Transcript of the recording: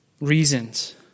reasons